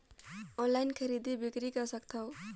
Online खरीदी बिक्री कर सकथव?